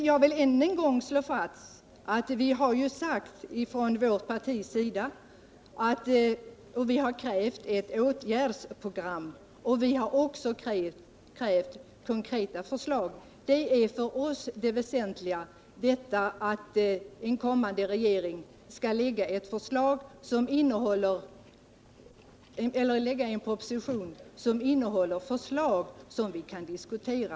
Jag vill än en gång slå fast att från vårt partis sida har vi krävt ett åtgärdsprogram, och vi har även krävt konkreta förslag. Det väsentliga för oss är att en kommande regering skall lägga fram en proposition som innehåller förslag som vi kan diskutera.